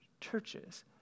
churches